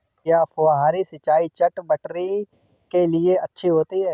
क्या फुहारी सिंचाई चटवटरी के लिए अच्छी होती है?